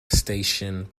station